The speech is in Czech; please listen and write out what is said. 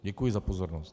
Děkuji za pozornost.